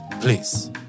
please